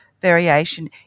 variation